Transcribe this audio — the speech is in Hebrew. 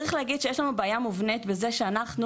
כדי